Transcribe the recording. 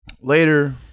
Later